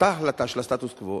אותה החלטה של הסטטוס-קוו,